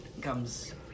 comes